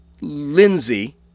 Lindsay